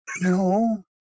No